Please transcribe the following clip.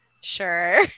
Sure